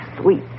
sweet